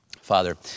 Father